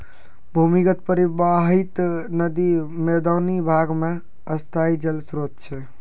भूमीगत परबाहित नदी मैदानी भाग म स्थाई जल स्रोत छै